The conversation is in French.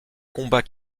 combat